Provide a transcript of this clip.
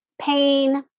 pain